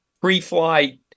pre-flight